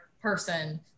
person